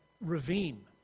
ravine